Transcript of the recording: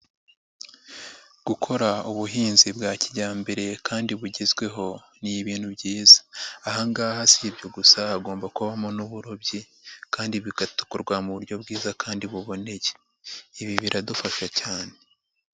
Gukora ubuhinzi bwa kijyambere kandi bugezweho ni ibintu byiza, aha ngaha si ibyo gusa hagomba kubamo n'uburobyi kandi bigakorwa mu buryo bwiza kandi buboneye, ibi biradufasha cyane.